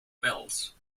bells